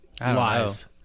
lies